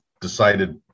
decided